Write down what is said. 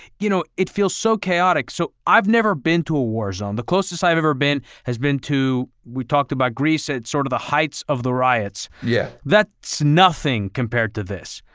you know it feels so chaotic. so i've never been to a war zone, the closest i've ever been has been to. we talked about greece at sort of the heights of the riots, yeah that's nothing compared to this.